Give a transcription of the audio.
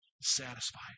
satisfied